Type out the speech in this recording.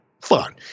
fun